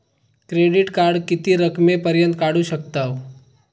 Credit card किती रकमेपर्यंत काढू शकतव?